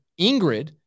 Ingrid